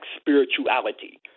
spirituality